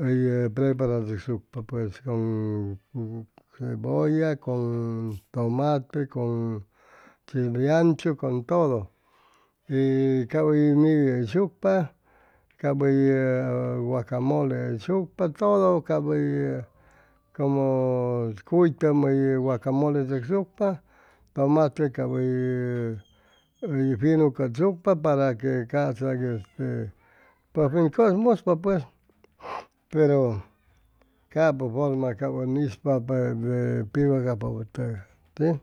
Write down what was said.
hʉy preparachʉcsucpa pues con cebolla con tomate con chileanchu con todo y cap hʉy niwi hʉyshucpa cap hʉy wacamole hʉyshucpa todo cap hʉy como cuytʉm hʉy wacamole chʉcsucpa tomate cap hʉy hʉy finu cʉtsucpa para que ca'sa hʉy este pues ʉm cʉsmuspa pues pero capʉ forma cap ʉn ispa piu yacajpapʉ tʉgay